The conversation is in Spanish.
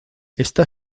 está